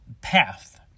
path